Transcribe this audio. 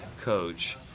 coach